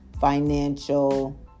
financial